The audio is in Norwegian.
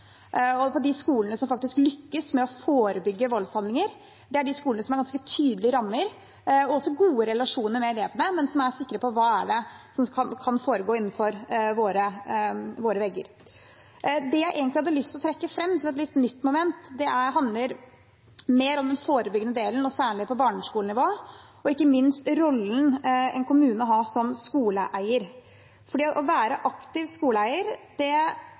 De skolene som faktisk lykkes med å forebygge voldshandlinger, er de skolene som har ganske tydelige rammer og også gode relasjoner med elevene, og som er sikre på hva som kan foregå innenfor deres vegger. Det jeg egentlig hadde lyst til å trekke fram som et litt nytt moment, handler mer om den forebyggende delen, og særlig på barneskolenivå, og ikke minst rollen en kommune har som skoleeier. Å være en aktiv skoleeier framstår av og til som at det